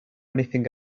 anything